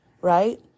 right